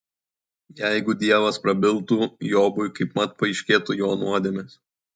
jeigu dievas prabiltų jobui kaipmat paaiškėtų jo nuodėmės